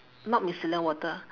not micellar water